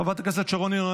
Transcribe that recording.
חברת הכנסת שרון ניר,